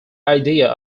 idea